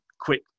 quick